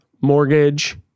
mortgage